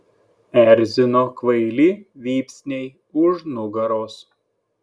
erzino kvaili vypsniai už nugaros